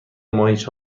ماهیچه